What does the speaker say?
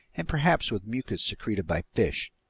and perhaps with mucus secreted by fish.